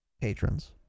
patrons